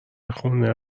خونه